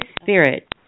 Spirit